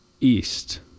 East